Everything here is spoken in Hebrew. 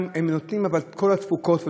הם נותנים את כל התפוקות,